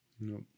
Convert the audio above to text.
No